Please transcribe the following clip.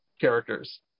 characters